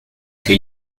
que